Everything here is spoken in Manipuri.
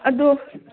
ꯑꯗꯣ